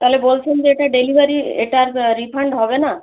তালে বলছেন যে এটা ডেলিভারি এটার রিফান্ড হবে না